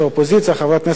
חברת הכנסת יחימוביץ,